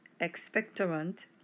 expectorant